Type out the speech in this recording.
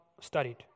studied